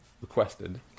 requested